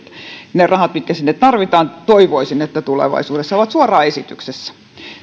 niiden rahojen mitkä sinne tarvitaan toivoisin tulevaisuudessa olevan suoraan esityksessä